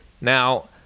Now